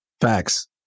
Facts